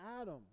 Adam